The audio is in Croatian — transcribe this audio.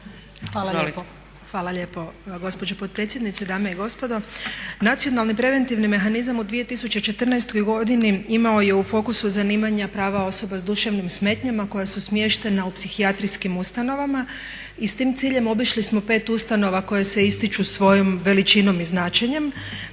Lora** Hvala lijepo gospođo potpredsjednice, dame i gospodo. Nacionalni preventivni mehanizam u 2014. godini imao je u fokusu zanimanja prava osoba s duševnim smetnjama koja su smještena u psihijatrijskim ustanovama i s tim ciljem obišli smo 5 ustanova koje se ističu svojom veličinom i značenjem.